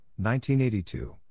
1982